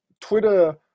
Twitter